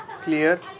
clear